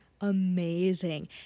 amazing